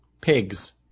pigs